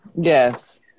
Yes